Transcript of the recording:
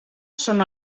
són